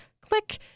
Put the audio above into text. click